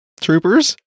Troopers